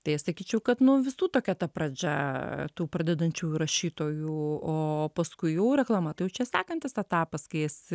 tai sakyčiau kad nu visų tokia ta pradžia tų pradedančiųjų rašytojų o paskui jau reklama tai jau čia sekantis etapas kai jis